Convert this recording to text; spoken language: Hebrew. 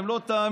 אני יודע,